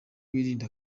wirinde